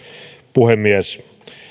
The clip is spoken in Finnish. puhemies